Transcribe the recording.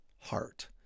heart